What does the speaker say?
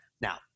Now